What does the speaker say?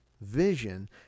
Vision